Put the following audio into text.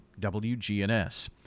WGNS